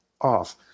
off